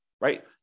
right